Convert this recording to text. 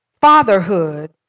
fatherhood